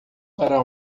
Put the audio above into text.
para